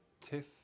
Tiff